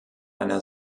einer